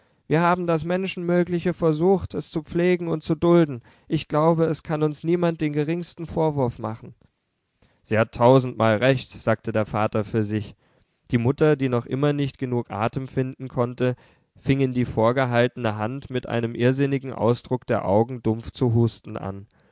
wir haben das menschenmögliche versucht es zu pflegen und zu dulden ich glaube es kann uns niemand den geringsten vorwurf machen sie hat tausendmal recht sagte der vater für sich die mutter die noch immer nicht genug atem finden konnte fing in die vorgehaltene hand mit einem irrsinnigen ausdruck der augen dumpf zu husten an